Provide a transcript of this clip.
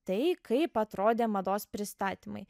tai kaip atrodė mados pristatymai